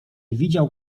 widział